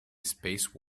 space